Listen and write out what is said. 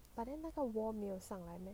but then 那个 wall 没有上来 meh